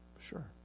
sure